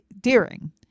Deering